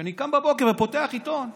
כשאני קם בבוקר ופותח עיתון,